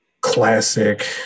classic